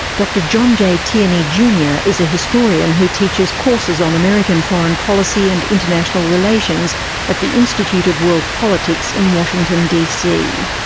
dr john j tierney jr yeah is a historian who teaches courses on american foreign policy and international relations at the institute of world politics in washington dc.